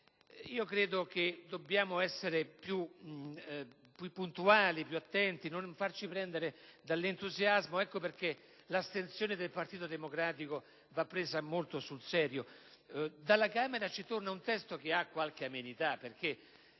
Credo che dobbiamo essere più puntuali e più attenti e che non dovremmo farci prendere dall'entusiasmo. Ecco perché l'astensione del Partito Democratico va presa molto sul serio. Dalla Camera ci torna un testo che haqualche amenità.